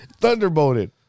Thunderbolted